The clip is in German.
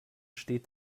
steht